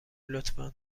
لطفا